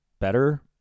better